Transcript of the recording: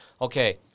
okay